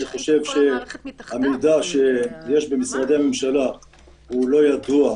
אני חושב שהמידע שיש במשרדי הממשלה לא ידוע,